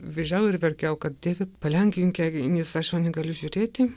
vežiau ir verkiau kad dieve palengvink jai nes aš jau nebegaliu žiūrėti